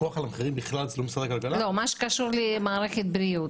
במה שקשור למערכת הבריאות,